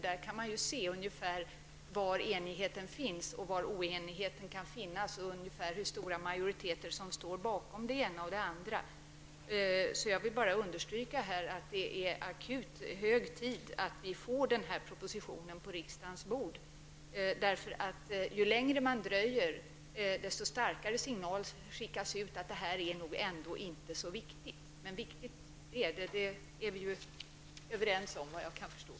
Där kan man se ungefär var enighet finns och var oenighet kan finnas, ungefär hur stora majoriteter som står bakom det ena eller andra förslaget. Jag vill bara understryka här att det är akut hög tid att vi får en proposition på riksdagens bord, därför att ju längre man dröjer, desto starkare signaler skickas ut att det här ändå inte är så viktigt. Men viktigt är det -- det är vi överens som, såvitt jag förstår.